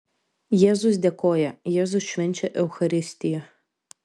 jėzus dėkoja jėzus švenčia eucharistiją